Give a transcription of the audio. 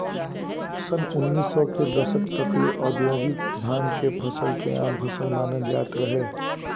सन उनऽइस सौ के दशक तक ले औधोगिक भांग के फसल के आम फसल मानल जात रहे